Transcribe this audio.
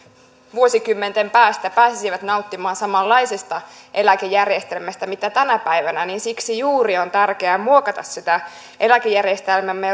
vuosikymmenten päästä pääsisivät nauttimaan samanlaisesta eläkejärjestelmästä kuin tänä päivänä niin siksi juuri on tärkeää muokata sitä eläkejärjestelmäämme